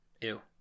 Ew